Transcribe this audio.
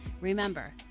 Remember